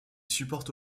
supporte